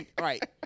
right